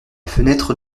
fenêtre